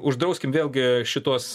uždrauskim vėlgi šituos